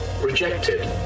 Rejected